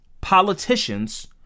politicians